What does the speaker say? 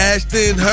Ashton